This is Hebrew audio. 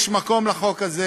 יש מקום לחוק הזה.